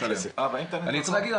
אני צריך להגיד,